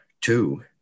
two